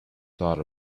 thought